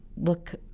look